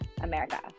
America